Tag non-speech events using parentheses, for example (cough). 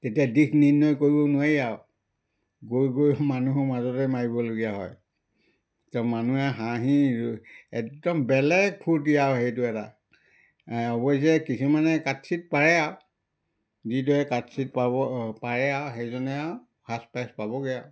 তেতিয়া দিশ নিৰ্ণয় কৰিব নোৱাৰি আৰু গৈ গৈ মানুহৰ মাজতে মাৰিবলগীয়া হয় তো মানুহে হাঁহি (unintelligible) একদম বেলেগ ফূৰ্তি আৰু সেইটো এটা অৱশ্যে কিছুমানে কাচিৎ পাৰে আৰু যিটোৱে কাচিৎ পাব পাৰে আৰু সেইজনে আৰু ফাৰ্ষ্ট পাইজ পাবগৈ আৰু